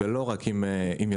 ולא רק עם יזמים,